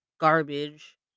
garbage